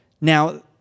Now